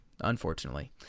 unfortunately